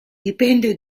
dipende